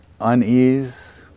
unease